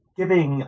giving